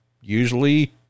Usually